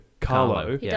Carlo